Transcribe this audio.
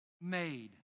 made